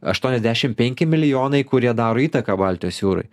aštuoniasdešimt penki milijonai kurie daro įtaką baltijos jūrai